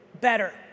Better